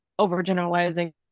overgeneralizing